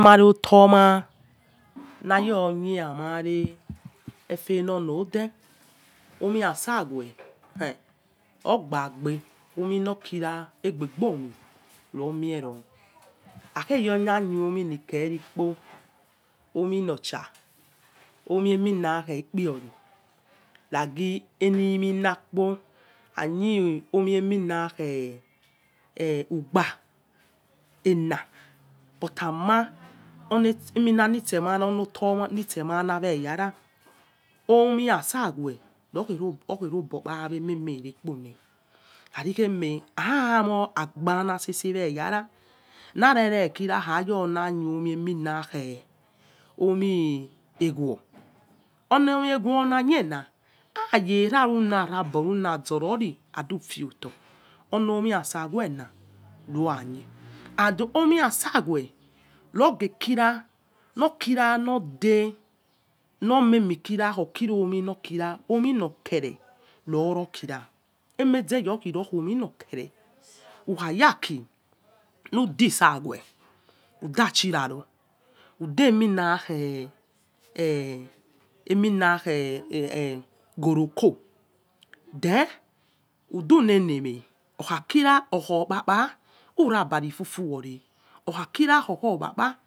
Emario atoma nayonie amare efa nonode omi asawe eh ogbagbe ami norkira egbabo omi rumiero akhe yona nio omi eminakhe ikpiori ragi eni ena ama omieminanakhe ugba ana ama onominan itsema on noto nitsema weyara ami asawe rokhero ara mogba nasese we yara narerekira khayona yomi emina weyere eminakh na iniomi ewo onomi ewo na niena asawe na ruamie and omi asawe roghekira nokira node nomemi kira omi nokira omino kere nokira emeze okirominokere wehe yaki nudi sawe uda chiraro udeminakhe eminakhe, ghoroko then udunenemeh okhakira okhokpapa ura barifufu wore okhakira okhopapa